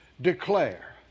declare